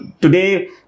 today